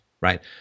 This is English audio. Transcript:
right